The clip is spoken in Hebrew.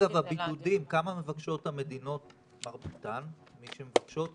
לגבי בידודים כמה מרבית מהמדינות מבקשות?